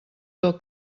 del